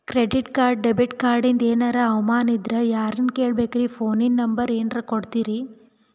Credit card, debit ಕಾರ್ಡಿಂದ ಏನರ ಅನಮಾನ ಇದ್ರ ಯಾರನ್ ಕೇಳಬೇಕ್ರೀ, ಫೋನಿನ ನಂಬರ ಏನರ ಕೊಡ್ತೀರಿ?